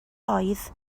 oedd